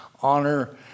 honor